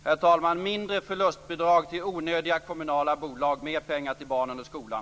Herr talman! Mindre förlustbidrag till onödiga kommunala bolag, mer pengar till barnen och skolan!